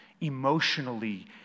emotionally